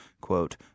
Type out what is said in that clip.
quote